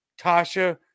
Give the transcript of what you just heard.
Tasha